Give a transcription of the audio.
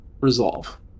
Resolve